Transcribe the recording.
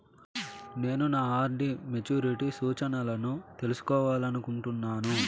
నేను నా RD maturity సూచనలను తెలుసుకోవాలనుకుంటున్నాను